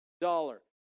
dollar